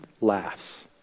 laughs